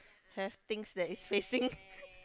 have things that is facing